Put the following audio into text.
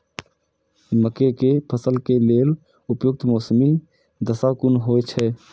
मके के फसल के लेल उपयुक्त मौसमी दशा कुन होए छै?